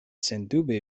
sendube